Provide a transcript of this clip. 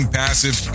passive